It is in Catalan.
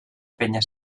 penya